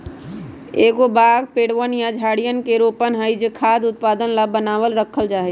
एगो बाग पेड़वन या झाड़ियवन के रोपण हई जो खाद्य उत्पादन ला बनावल रखल जाहई